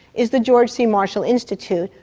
is the george c. marshall institute,